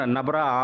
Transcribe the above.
Nabra